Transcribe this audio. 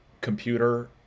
computer